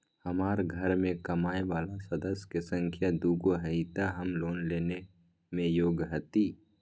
हमार घर मैं कमाए वाला सदस्य की संख्या दुगो हाई त हम लोन लेने में योग्य हती?